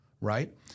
right